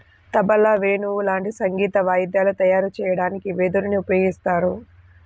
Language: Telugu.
తబలా, వేణువు లాంటి సంగీత వాయిద్యాలు తయారు చెయ్యడానికి వెదురుని ఉపయోగిత్తారు